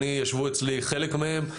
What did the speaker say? ישבו אצלי חלק מהם.